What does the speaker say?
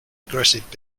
aggressive